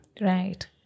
Right